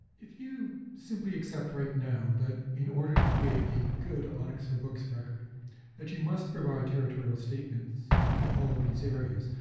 if you simply accept right now that in order to create a good onix for books record that you must provide territorial statements in all of these areas,